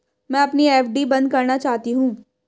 मैं अपनी एफ.डी बंद करना चाहती हूँ